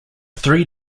three